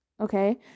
okay